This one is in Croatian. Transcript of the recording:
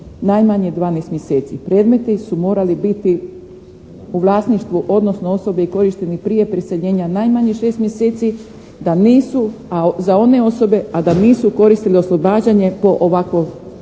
najmanje 12 mjeseci, predmeti su morali biti u vlasništvu, odnosno osobe i korišteni prije preseljenja najmanje 6 mjeseci da nisu, a za one osobe, a da nisu koristile oslobađanje po ovakvoj